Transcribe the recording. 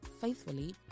faithfully